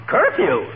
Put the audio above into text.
Curfew